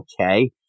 okay